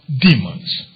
demons